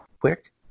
quick